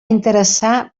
interessar